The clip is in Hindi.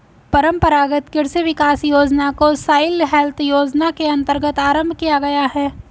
परंपरागत कृषि विकास योजना को सॉइल हेल्थ योजना के अंतर्गत आरंभ किया गया है